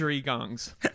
gongs